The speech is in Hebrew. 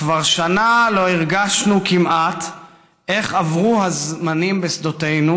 "כבר שנה לא הרגשנו כמעט / איך עברו הזמנים בשדותינו